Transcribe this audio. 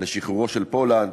בשחרורו של פולארד,